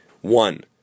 One